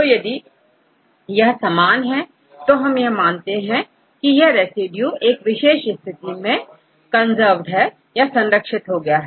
तो यदि यह समान है तो हम यह मानते हैं कि यह रेसिड्यू एक विशेष स्थिति में कल कंजर्व्ड या संरक्षित हो गया है